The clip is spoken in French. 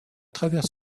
travers